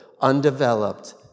undeveloped